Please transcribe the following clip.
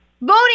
voting